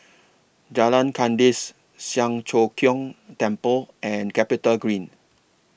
Jalan Kandis Siang Cho Keong Temple and Capitagreen